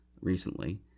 recently